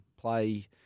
play